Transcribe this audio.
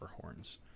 horns